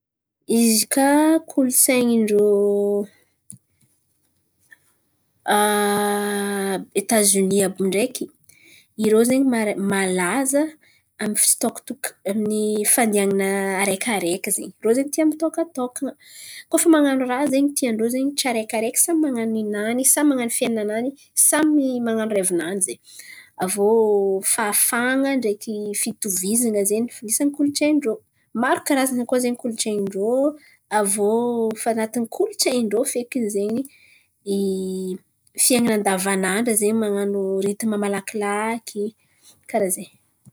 Izy kà kolontsain̈in-drô Etazonia àby io ndreky irô zen̈y mar- malaza amy fisôtokan min'ny fandihan̈ana araikiaraiky zen̈y. Irô zen̈y tia mitôkantôkan̈a. Koa fa man̈ano raha zen̈y tian-drô zen̈y tsiaraikiaraiky samy man̈ano nin̈any, samy man̈ano fiain̈ananany, samy man̈ano revinany zen̈y. Aviô fahafahan̈a ndreky fitovizan̈a zen̈y anisany kolontsain̈in-drô. Maro karazan̈a koa zen̈y kolontsain̈in-drô. Aviô efa an̈atiny kolontsain̈in-drô fekiny zen̈y fiain̈ana andavanandra zen̈y man̈ano ritima malakilaky. Karà zen̈y.